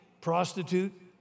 prostitute